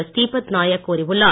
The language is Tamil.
ஸ்ரீபத் நாயக் கூறியுள்ளார்